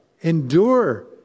Endure